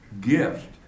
gift